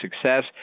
success